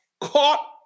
Caught